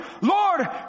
Lord